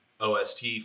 OST